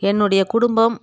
என்னுடைய குடும்பம்